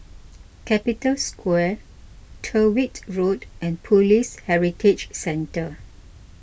Capital Square Tyrwhitt Road and Police Heritage Centre